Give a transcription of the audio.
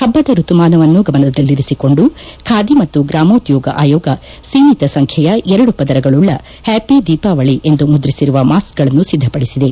ಪಬ್ಜದ ಋತುಮಾನವನ್ನು ಗಮನದಲ್ಲಿರಿಸಿಕೊಂಡು ಖಾದಿ ಮತ್ತು ಗ್ರಾಮೋದ್ಯೋಗ ಆಯೋಗ ಸೀಮಿತ ಸಂಖ್ಯೆಯ ಎರಡು ಪದರಗಳುಳ್ಳ ಹ್ಯಾಪಿ ದೀಪಾವಳಿ ಎಂದು ಮುದ್ರಿಸಿರುವ ಮಾಸ್ಕ ಗಳನ್ನು ಸಿದ್ಧಪಡಿಸಿದೆ